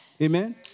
Amen